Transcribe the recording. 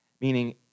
Meaning